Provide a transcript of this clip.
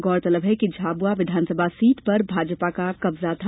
गौरतलब है कि झाबुआ विधानसभा सीट पर भाजपा का कब्जा था